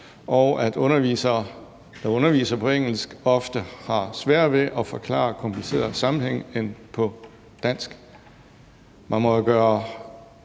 og at undervisere, der underviser på engelsk, ofte har sværere ved at forklare komplicerede sammenhænge end på dansk? Man må gå